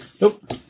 Nope